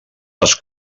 les